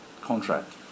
contract